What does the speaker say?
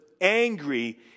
angry